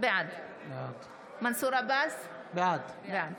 בעד מנסור עבאס, בעד